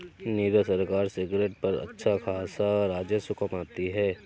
नीरज सरकार सिगरेट पर अच्छा खासा राजस्व कमाती है